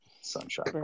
sunshine